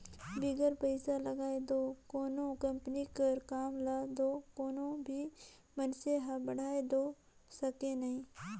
बिगर पइसा लगाए दो कोनो कंपनी कर काम ल दो कोनो भी मइनसे हर बढ़ाए दो सके नई